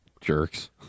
jerks